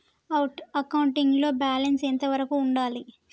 Accounting లో balance ఎంత వరకు ఉండాలి?